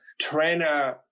trainer